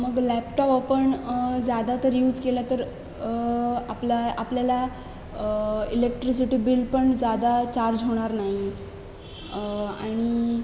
मग लॅपटॉप आपण जादा तर यूज केला तर आपला आपल्याला इलेक्ट्रिसिटी बिल पण जादा चार्ज होणार नाही आणि